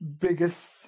biggest